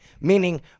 Meaning